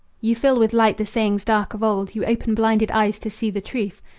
you fill with light the sayings dark of old. you open blinded eyes to see the truth.